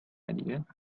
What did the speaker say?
idea